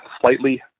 slightly